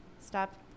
Stop